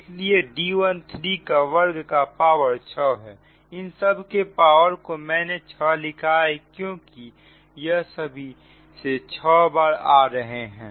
इसलिए D13 का वर्ग का पावर 6 है इन सब के पावर को मैंने 6 लिखा है क्योंकि यह सभी से 6 बार आ रहे हैं